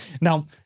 Now